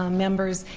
ah members,